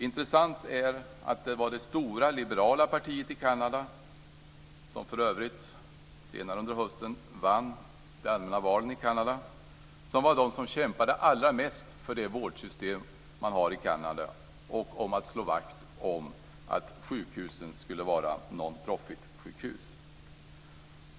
Intressant är att det var det stora liberala partiet i Kanada som för övrigt senare under hösten vann de allmänna valen i Kanada som var det som kämpade allra mest för det vårdsystem man har i Kanada och om att slå vakt om att sjukhusen skulle var non-profit-sjukhus.